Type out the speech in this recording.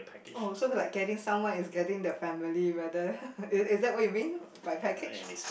oh so like getting someone is getting the family whether is is that what you mean by package